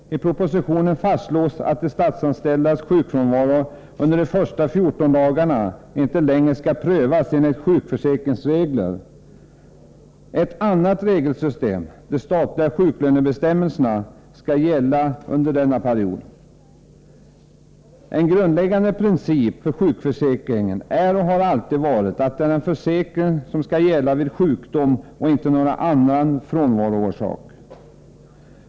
I propositionen fastslås att de statsanställdas sjukfrånvaro under de första 14 dagarna inte längre skall prövas enligt sjukförsäkringens regler. Ett annat regelsystem — de statliga sjuklönebestämmelserna — skall i stället gälla under denna period. En grundläggande princip för sjukförsäkringen är och har alltid varit att den är en försäkring som skall gälla vid sjukdom och inte vid någon annan frånvaroorsak.